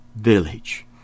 village